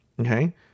okay